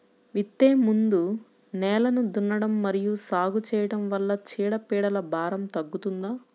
విత్తే ముందు నేలను దున్నడం మరియు సాగు చేయడం వల్ల చీడపీడల భారం తగ్గుతుందా?